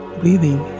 breathing